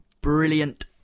brilliant